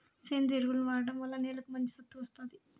సేంద్రీయ ఎరువులను వాడటం వల్ల నేలకు మంచి సత్తువ వస్తాది